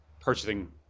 purchasing